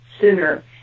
sooner